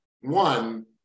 One